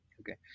Okay